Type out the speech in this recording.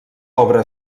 obra